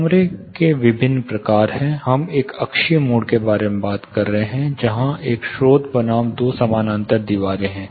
कमरे के विभिन्न प्रकार हैं हम एक अक्षीय मोड के बारे में बात कर रहे हैं जहां यह स्रोत बनाम दो समानांतर दीवारें हैं